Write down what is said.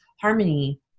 harmony